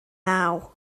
naw